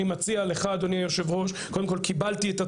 אתה נאבק על האמת שלך, זה